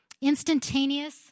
Instantaneous